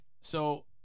So-